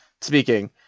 speaking